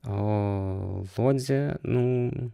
o lodzė nu